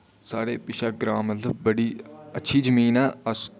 साढ़े पिच्छै ग्रां मतलब बड्डी अच्छी जमीन ऐ अस